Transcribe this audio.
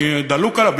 אני דלוק עליו,